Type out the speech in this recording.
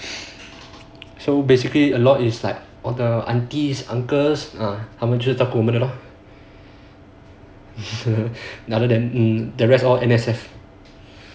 so basically a lot is like all the aunties uncles ah 他们就是 so now other than that the rest all N_S_F